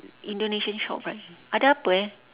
indonesian shop right ada apa eh